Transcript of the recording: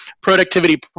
productivity